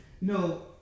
no